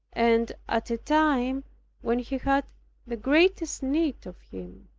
and at a time when he had the greatest need of him.